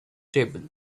table